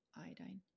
iodine